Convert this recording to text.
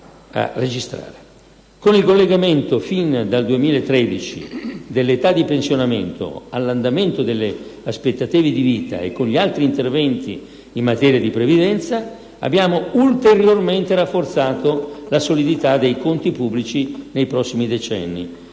Con il collegamento, fin dal 2013, dell'età di pensionamento all'andamento delle aspettative di vita e con gli altri interventi in materia di previdenza abbiamo ulteriormente rafforzato la solidità dei conti pubblici nei prossimi decenni.